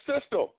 system